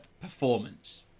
performance